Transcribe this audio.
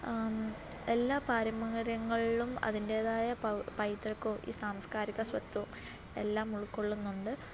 എല്ലാ പാരമ്പര്യങ്ങളിലും അതിൻറ്റേതായ പൈതൃകവും ഈ സാംസ്കാരിക സ്വത്വവും എല്ലാം ഉൾക്കൊള്ളുന്നുണ്ട്